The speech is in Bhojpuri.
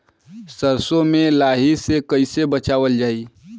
सरसो में लाही से कईसे बचावल जाई?